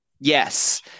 Yes